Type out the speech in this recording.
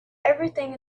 everything